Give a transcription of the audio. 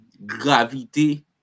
gravité